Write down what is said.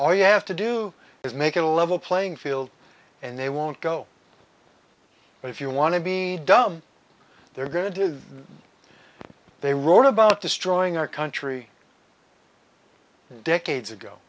all you have to do is make it a level playing field and they won't go but if you want to be done they're going to do they roared about destroying our country decades ago